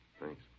Thanks